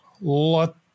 lot